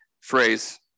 phrase